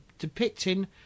depicting